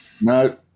no